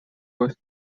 was